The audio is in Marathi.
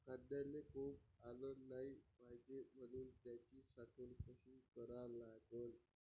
कांद्याले कोंब आलं नाई पायजे म्हनून त्याची साठवन कशी करा लागन?